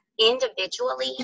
individually